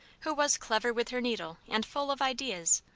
who was clever with her needle and full of ideas,